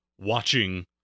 Watching